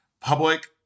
public